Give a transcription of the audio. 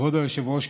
כבוד היושב-ראש,